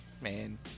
man